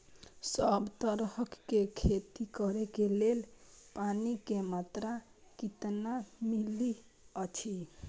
सब तरहक के खेती करे के लेल पानी के मात्रा कितना मिली अछि?